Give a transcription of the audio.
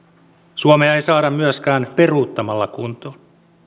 suomea ei saada myöskään peruuttamalla kuntoon